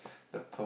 the per~